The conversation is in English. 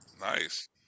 Nice